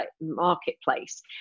marketplace